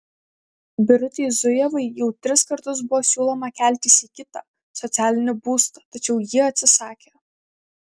birutei zujevai jau tris kartus buvo siūloma keltis į kitą socialinį būstą tačiau ji atsisakė